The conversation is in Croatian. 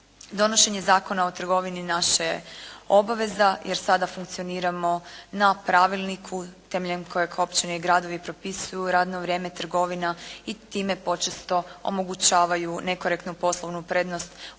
Donošenje Zakona o trgovini naša je obaveza jer sada funkcioniramo na pravilniku temeljem kojeg općine i gradovi propisuju radno vrijeme trgovina i time počesto omogućavaju nekorektnu poslovnu prednost onim